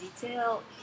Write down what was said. detail